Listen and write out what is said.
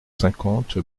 cinquante